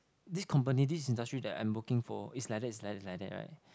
this company this industry that I'm working for is like that is like that like that [right]